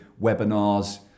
webinars